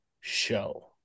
show